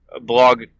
blog